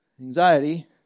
anxiety